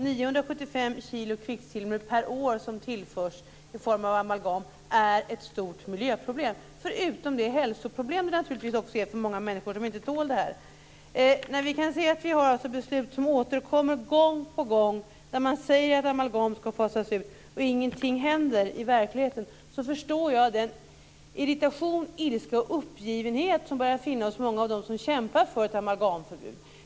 975 kilo kvicksilver per år som tillförs i form av amalgam är ett stort miljöproblem, förutom det hälsoproblem som det naturligtvis också är för många människor som inte tål amalgam. När vi kan se beslut som återkommer gång på gång där man säger att amalgamet ska fasas ut och ingenting händer i verkligheten, så förstår jag den irritation, ilska och uppgivenhet som börjar finnas hos många av dem som kämpar för ett amalgamförbud.